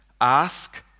Ask